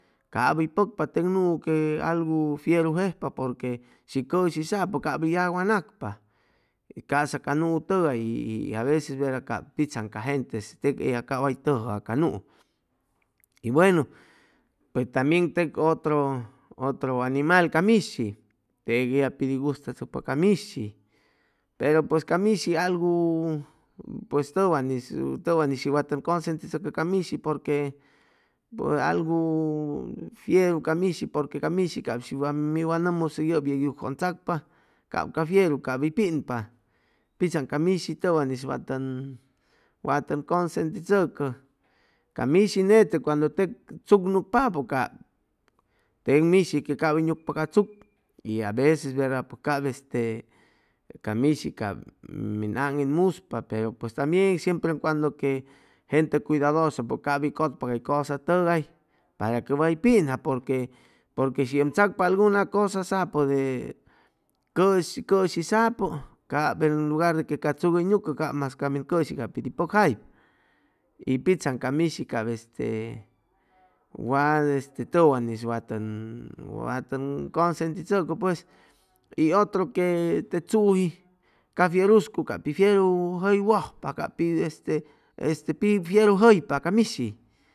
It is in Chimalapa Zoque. Cap hʉy pʉcpa teg nuu que fiuru jejpa porque shi cʉshi sapʉ cap hʉy yagwanacpa ca'sa ca nuu tʉgay y y aaveces pichzaŋ ca gente teg ella cap way tʉjʉam ca nuu y buenu hʉy tambien teg otro otro animal ca mishi teg ella pit hʉy gustachʉcpa ca mishi pero pues ca mishi algu pues tʉwan tʉwanis shi wa tʉn consentichʉcʉ ca mishi porque pues algu fieru ca mishi porque ca mishi cap shi wam nʉmmusʉ yeg yep yucjʉ ʉn tzacpa cap ca fiuru cap hʉy pinpa pitzaŋ ca mishi tʉwan'is wa tʉn wa tʉn consentichʉcʉ ca mishi nete cuando teg chuk nucpapʉ cap teg mishi que cap hʉy nucpa ca chuk y a veces verda pues cap este ca mishi cap min aŋitmuspa pero pues tambien siempre y cuando que gente cuidadoso cap hʉy cʉtpa cay cosa tʉgay para que way pinja porque porque shi ʉm tzacpa alguna cosa sapʉ de cʉshi cʉshi sapʉ cap en lugar de que ca chuk hʉy nucʉ cap ca min cʉshi cap pid hʉy pʉcjaypa y pitzaŋ ca mishi cap este wat este tʉwan'is wa tʉn consentichʉcʉ pues y otro que te chuji ca fiuruscu cap pi fiuru jʉywʉjpa cap pit este pit fiuru jʉypa ca mishi